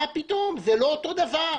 מה פתאום, זה לא אותו דבר.